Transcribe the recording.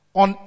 on